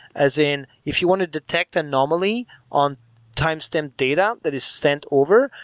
as in, if you want to detect anomaly on timestamp data that is sent over,